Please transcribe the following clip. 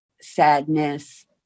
sadness